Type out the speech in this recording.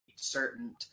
certain